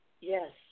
Yes